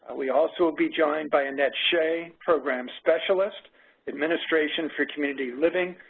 we also will be joined by annette shae, program specialist administration for community living,